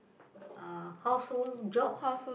uh household job